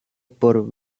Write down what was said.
por